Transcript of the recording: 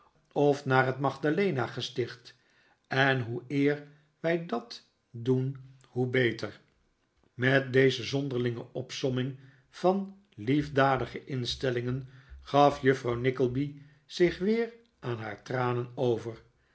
of naar het magdalena gesticht en hoe eer wij dat doen hoe beter met deze zonderlinge opsomming van liefdadige instellingen gaf juffrouw nickleby zich weer aan haar tranen over